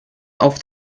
auf